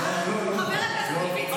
זה אומר שאתה לא מושחת.